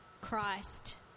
Christ